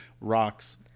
rocks